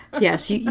Yes